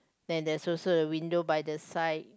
then there's also a window by the side